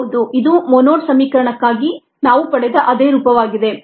ಹೌದು ಇದು ಮೊನೊಡ್ ಸಮೀಕರಣಕ್ಕಾಗಿ ನಾವು ಪಡೆದ ಅದೇ ರೂಪವಾಗಿದೆ